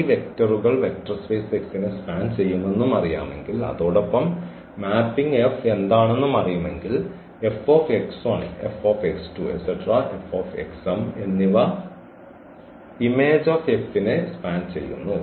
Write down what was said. ഈ വെക്റ്ററുകൾ vector space X നെ സ്പാൻ ചെയ്യുമെന്നും അറിയാമെങ്കിൽ അതോടൊപ്പം മാപ്പിംഗ് F എന്താണെന്നും അറിയുമെങ്കിൽ എന്നിവ ഇമേജ് F നെ സ്പാൻ ചെയ്യുന്നു